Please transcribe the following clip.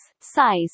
size